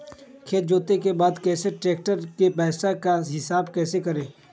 खेत जोते के बाद कैसे ट्रैक्टर के पैसा का हिसाब कैसे करें?